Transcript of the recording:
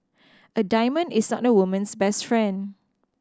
a diamond is not a woman's best friend